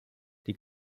die